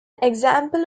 example